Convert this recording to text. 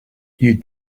you